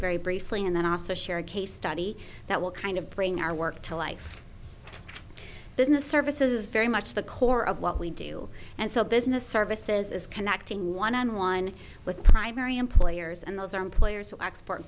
very briefly and then also share a case study that will kind of bring our work to life business services very much the core of what we do and so business services is connecting one on one with primary employers and those are employers who export